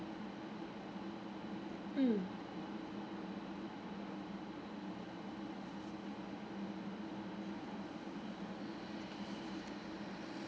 mm